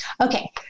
Okay